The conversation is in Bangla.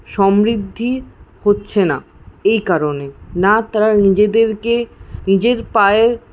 সমৃদ্ধি হচ্ছেনা এই কারণে না তারা নিজেদেরকে নিজের পায়ে